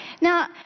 Now